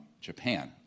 Japan